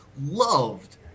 loved